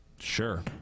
sure